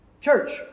Church